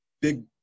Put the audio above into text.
big